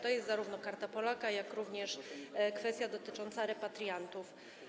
To zarówno Karta Polaka, jak również kwestia dotycząca repatriantów.